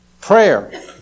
prayer